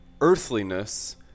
earthliness